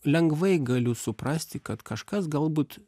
lengvai galiu suprasti kad kažkas galbūt